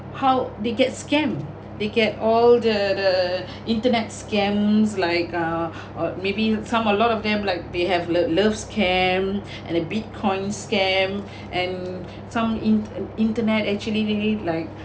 how they get scam they get all the the internet scams like uh or maybe some a lot of them like they have lo~ love scam and uh bit coin scam and some inter~ internet actually really like